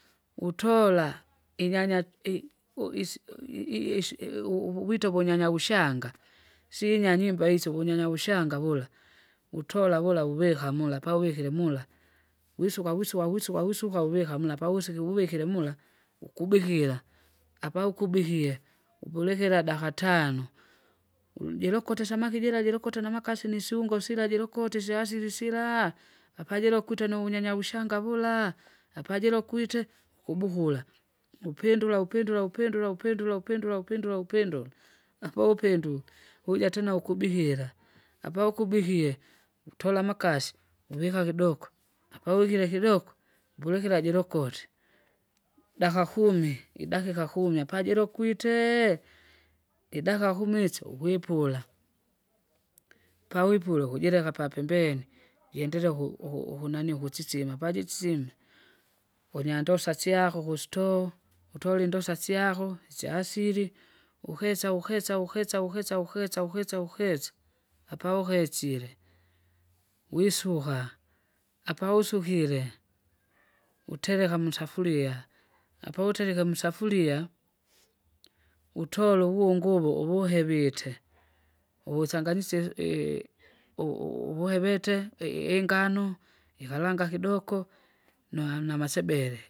Utola, inyanyac- i- uisi- i- i- isi- iu- iu- ubwite vunyanya ushanga, siinyanya imba isyo uvunyanya vushanga vula, vutola vula vuvika mula pauvikire mula, wisuka wisuka wisuka wisuka uvika mula pavusiki vuvikire mula ukubikira, apaukubikie, upulekera dakatano, ujilokote samaki jira jirokote namakasi bisiungo sila jilokote isyaasili sila! apajilokwite nuvunyanya ushanga vula! apajilokwite, kubukura, upindula upindula upindula upindula upindula upindula upendula, apaupinduke, vuja tena ukubihila, apaukubilie, utola amakasi, uvika kidoko, apauvikile kidoko, bulikira jilokote, daka kumi, idakika kumi apajilokwite! idaka kumi isyo ukwipura. Pawipule ukujileka papembeni jendelee uku- uku- ukunanii ukusisima pajisisime, unyandosa syako ukustoo, utole indosa syako isyaasili, ukisa ukisa ukisa ukisa ukisa ukisa ukisa, apaukisile wisuka, apausukile, utereka musafuria, apauterike musafuria, utole uvungu uvo uvuhevite, uvusanganisye i- u- u- uvuhevite i- i- ingano, jikalanga kidoko nua- namasebele.